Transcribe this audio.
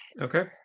Okay